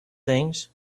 things